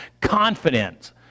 confidence